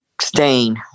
Stain